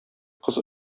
кыз